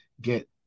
get